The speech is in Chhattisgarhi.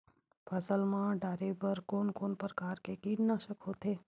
फसल मा डारेबर कोन कौन प्रकार के कीटनाशक होथे?